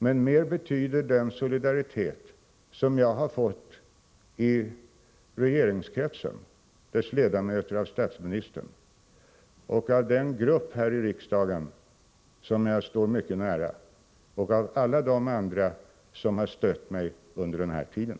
Men mer betyder den solidaritet som jag har fått i regeringskretsen — av dess ledamöter och av statsministern — samt av den grupp här i riksdagen som jag står mycket nära, och av alla de andra som har stött mig under den här tiden.